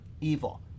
evil